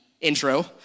intro